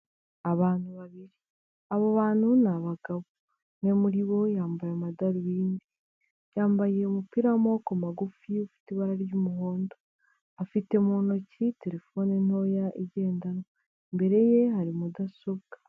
Abantu babiri, abo bantu ni abagabo, umwe muri bo yambaye amadarubindi, yambaye umupira w'amaboko magufi ufite ibara ry'umuhondo, afite mu ntoki terefone ntoya igendanwa, imbere ye hari mudasobwa.